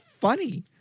funny